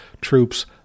troops